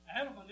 Adam